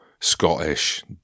Scottish